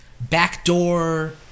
backdoor